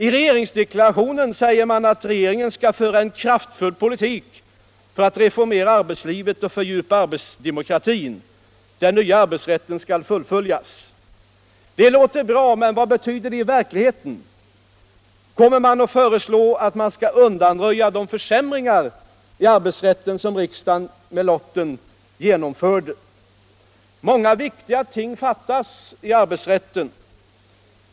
I regeringsdeklarationen säger man att regeringen skall föra Allmänpolitisk debatt ÅAllmänpolitisk debatt en kraftfull politik för att reformera arbetslivet och fördjupa arbetsdemokratin. Den nya arbetsrätten skall fullföljas. Det låter bra, men vad betyder det i verkligheten? Kommer man att föreslå undanröjande av de försämringar i arbetsrätten som riksdagen med lotten fattade beslut om”? Många viktiga ting fattas i arbetsrätten.